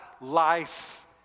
life